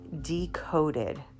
decoded